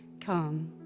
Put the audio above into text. Come